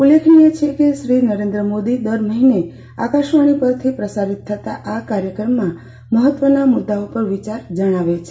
ઉલ્લેખનીય છે કે શ્રી મોદી દર મહીને આકાશવાણી પરથી પ્રસારિત થતા આ કાર્યક્રમમાં મહત્વના મુદ્દાઓ પર વિચારો જણાવે છે